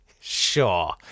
Sure